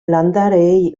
landareei